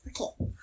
Okay